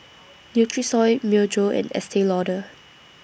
Nutrisoy Myojo and Estee Lauder